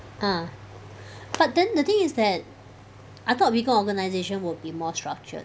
ah but then the thing is that I thought weaker organisation will be more structured